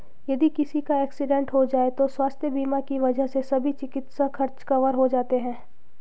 यदि किसी का एक्सीडेंट हो जाए तो स्वास्थ्य बीमा की वजह से सभी चिकित्सा खर्च कवर हो जाते हैं